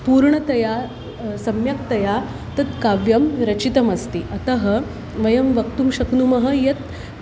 पूर्णतया सम्यक्तया तत् काव्यं रचितमस्ति अतः वयं वक्तुं शक्नुमः यत्